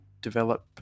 develop